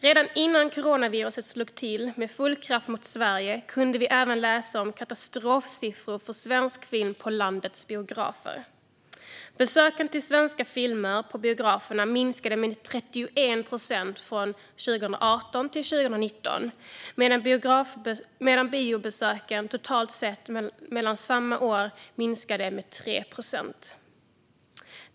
Redan innan coronaviruset slog till med full kraft mot Sverige kunde vi läsa om katastrofsiffror för svensk film på landets biografer. Besöken för att se svenska filmer på biograferna minskade med 31 procent från 2018 till 2019. Biobesöken minskade totalt sett med 3 procent under samma år.